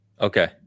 Okay